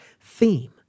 theme